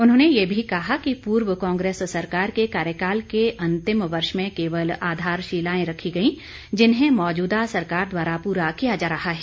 उन्होंने ये भी कहा कि पूर्व कांग्रेस सरकार के कार्यकाल के अंतिम वर्ष में केवल आधारशिलाएं रखी गए जिन्हें मौजूदा सरकार द्वारा पूरा किया जा रहा है